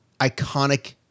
iconic